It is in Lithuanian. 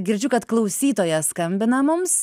girdžiu kad klausytojas skambina mums